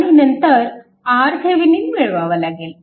आणि नंतर RThevenin मिळवावा लागेल